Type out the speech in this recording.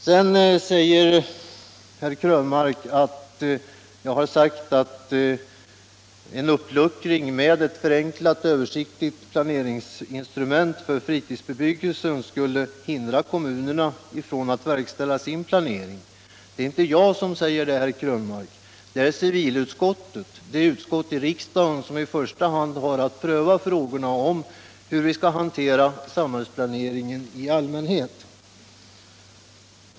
Herr Krönmark påstår sedan att jag har sagt att en uppluckring genom ett förenklat översiktligt planeringsinstrument för fritidsbebyggelsen skulle hindra kommunerna från att verkställa sin planering. Det är inte jag som säger så, herr Krönmark, utan civilutskottet, det utskott i riksdagen som i första hand har att pröva frågorna om samhällsplaneringen i allmänhet.